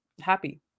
happy